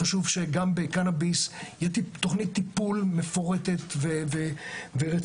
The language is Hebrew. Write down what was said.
חשוב שגם בקנביס תהיה תוכנית טיפול מפורטת ורצינית,